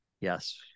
Yes